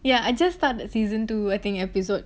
ya I just started season two I think episode